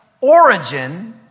origin